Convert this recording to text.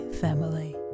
family